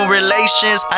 relations